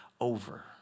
over